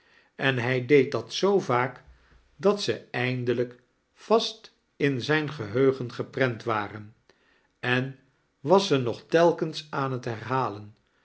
en hij deed dat zoo vaak dat ze eindelijk vast in zijn geheugen geprent warea en was zei nog telkens aan t herhalen